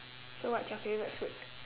so what's your favourite food